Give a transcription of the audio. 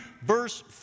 verse